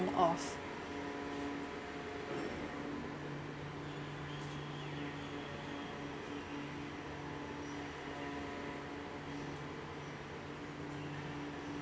off